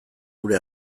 gure